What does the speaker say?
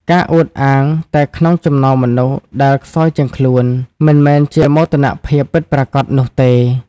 ការអួតអាងតែក្នុងចំណោមមនុស្សដែលខ្សោយជាងខ្លួន មិនមែនជាមោទនភាពពិតប្រាកដនោះទេ។